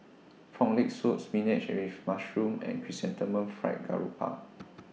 Frog Leg Soup Spinach with Mushroom and Chrysanthemum Fried Garoupa